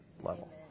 level